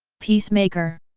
peacemaker!